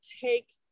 take